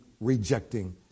rejecting